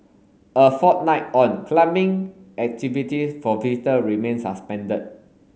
a fortnight on climbing activities for visitor remain suspended